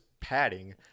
padding